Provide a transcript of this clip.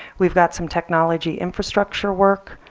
we've got some technology infrastructure work,